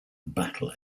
battle